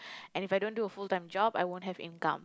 and if I don't do a full-time job I won't have income